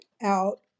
out